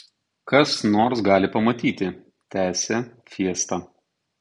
kas nors gali pamatyti tęsė fiesta